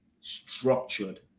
structured